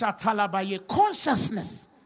Consciousness